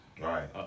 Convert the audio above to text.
Right